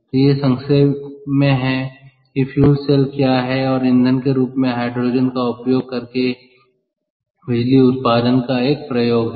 तो यह संक्षेप में है कि फ्यूल सेल क्या है और ईंधन के रूप में हाइड्रोजन का उपयोग करके बिजली उत्पादन का एक अनुप्रयोग है